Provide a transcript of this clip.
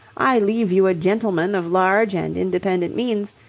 i leave you a gentleman of large and independent means,